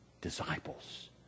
disciples